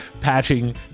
patching